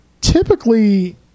typically